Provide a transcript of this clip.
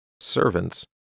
servants